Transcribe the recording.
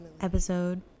episode